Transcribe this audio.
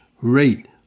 rate